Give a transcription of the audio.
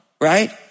right